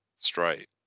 straight